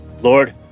Lord